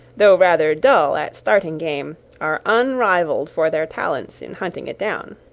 though rather dull at starting game, are unrivalled for their talents in hunting it down.